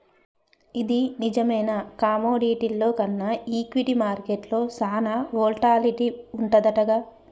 ఇది నిజమేనా కమోడిటీల్లో కన్నా ఈక్విటీ మార్కెట్లో సాన వోల్టాలిటీ వుంటదంటగా